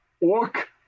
orc